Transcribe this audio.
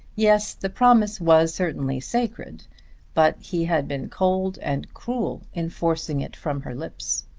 yes the promise was certainly sacred but he had been cold and cruel in forcing it from her lips.